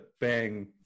bang